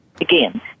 again